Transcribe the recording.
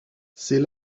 ses